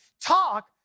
talk